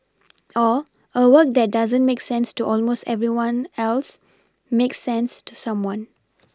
or a work that doesn't make sense to almost everyone else makes sense to someone